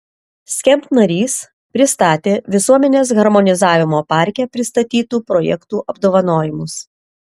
skamp narys pristatė visuomenės harmonizavimo parke pristatytų projektų apdovanojimus